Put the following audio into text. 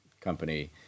company